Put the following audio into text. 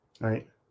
right